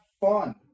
fun